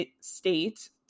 state